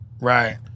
Right